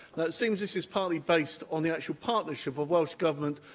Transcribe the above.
now, it seems this is partly based on the actual partnership of welsh government,